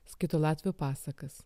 skaito latvių pasakas